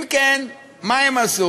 אם כן, מה הם עשו?